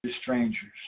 strangers